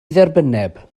dderbynneb